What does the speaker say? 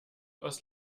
aus